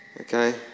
Okay